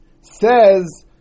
says